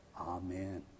Amen